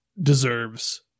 deserves